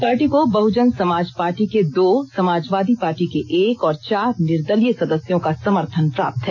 party को Bahujan Samaj party के दो समाजवादी पार्टी के एक और चार निर्दलीय सदस्यों का समर्थन प्राप्त् है